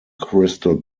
crystal